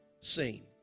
seen